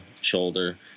shoulder